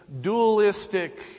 dualistic